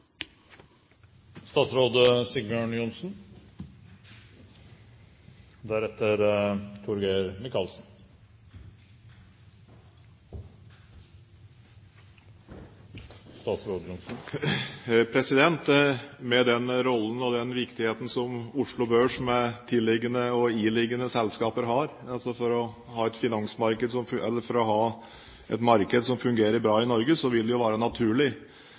Med den rollen og den viktigheten som Oslo Børs med tilliggende og iliggende selskaper har for å ha et marked som fungerer bra i Norge, vil det være naturlig, når vi nå får de utredninger som